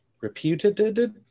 Reputed